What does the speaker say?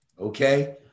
okay